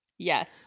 Yes